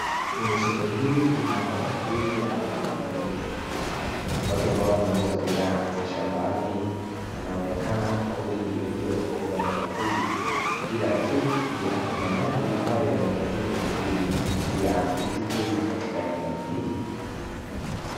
Kwenye soko hili Kuna watu wengi ambao wanafanya uchukuzi. Watu ambao wanauza bidhaa za shambani wanaonekana kwa wingi wengi wakibeba miavuli. Ila tu pia kuna maji ambayo yanatatiza shughuli ya uchukuzi katika eneo hili.